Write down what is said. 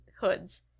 hoods